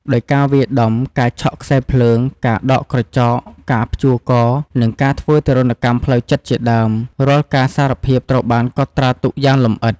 ដោយ ការវាយដំ ការឆក់ខ្សែភ្លើង ការដកក្រចក ការព្យួរក និងការធ្វើទារុណកម្មផ្លូវចិត្តជាដើម រាល់ការសារភាពត្រូវបានកត់ត្រាទុកយ៉ាងលម្អិត។